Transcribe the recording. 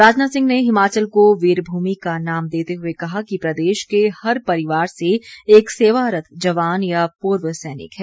राजनाथ सिंह ने हिमाचल को वीरभूमि का नाम देते हुए कहा कि प्रदेश के हर परिवार से एक सेवारत जवान या पूर्व सैनिक है